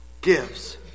gives